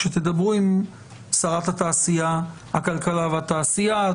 כשתדברו עם שרת הכלכלה והתעשייה,